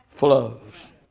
flows